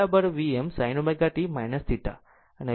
આમ Vm Vm sin ω t θ